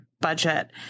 budget